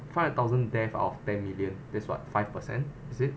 five thousand death out of ten million that's what five percent is it